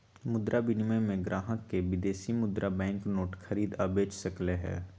मुद्रा विनिमय में ग्राहक विदेशी मुद्रा बैंक नोट खरीद आ बेच सकलई ह